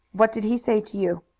what did he say to you?